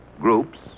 groups